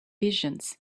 visions